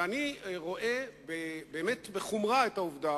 ואני רואה באמת בחומרה את העובדה